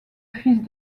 fils